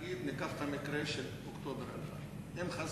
ניקח את המקרה של אוקטובר 2000. אם חס